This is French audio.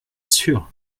sûr